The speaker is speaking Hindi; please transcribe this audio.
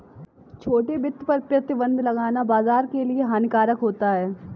छोटे वित्त पर प्रतिबन्ध लगाना बाज़ार के लिए हानिकारक होता है